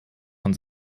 von